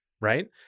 right